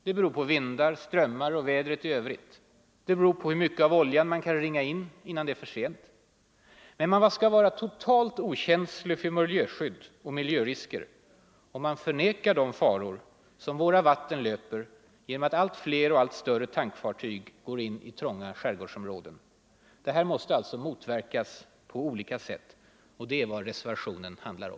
Det beror på vindar, strömmar och vädret i övrigt. Det beror på hur mycket av oljan man kan ringa in innan det är för sent. Men man skall vara totalt okänslig för betydelsen av miljöskydd och miljörisker om man förnekar de faror som våra vatten löper genom att allt fler och allt större tankfartyg går in i trånga skärgårdsområden. Det här måste alltså motverkas på olika sätt. Det är vad reservationen handlar om.